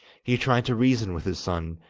he tried to reason with his son,